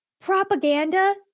propaganda